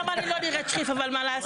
גם אני לא נראית שחיפה, אבל מה לעשות?